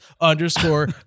underscore